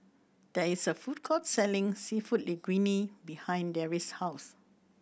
there is a food court selling Seafood Linguine behind Darry's house